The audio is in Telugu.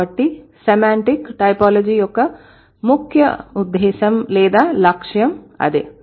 కాబట్టి సెమాంటిక్ టైపోలాజీ యొక్క ముఖ్య ఉద్దేశం లేదా లక్ష్యం అదే